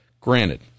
Granted